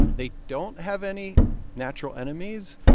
they don't have any natural enemies.